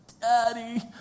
Daddy